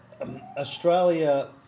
Australia